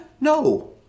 No